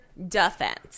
Defense